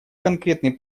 конкретный